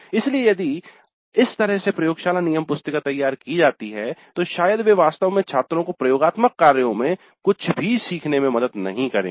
इसलिए यदि इस तरह से प्रयोगशाला नियम पुस्तिक तैयार की जाती है तो शायद वे वास्तव में छात्रों को प्रयोगात्मक कार्यों में कुछ भी सीखने में मदद नहीं करेंगे